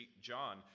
John